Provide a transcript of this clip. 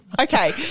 Okay